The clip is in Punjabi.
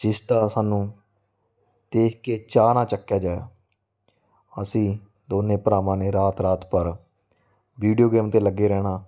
ਜਿਸ ਦਾ ਸਾਨੂੰ ਦੇਖ ਕੇ ਚਾਅ ਨਾ ਚੱਕਿਆ ਜਾ ਅਸੀਂ ਦੋਨੇ ਭਰਾਵਾਂ ਨੇ ਰਾਤ ਰਾਤ ਭਰ ਵੀਡੀਓ ਗੇਮ 'ਤੇ ਲੱਗੇ ਰਹਿਣਾ